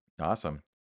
Awesome